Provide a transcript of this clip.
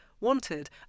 wanted